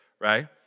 right